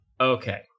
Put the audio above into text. Okay